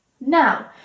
now